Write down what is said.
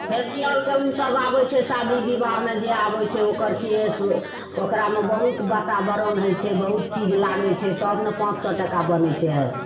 फेसियलके उ सब आबय छै शादी विवाहमे जे आबय छै ओकर केश ओकरामे बहुत वातावरण होइ छै बहुत चीज लागय छै तब ने पाँच सओ टाका बनय छै